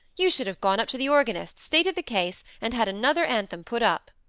you should have gone up to the organist, stated the case, and had another anthem put up.